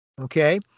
okay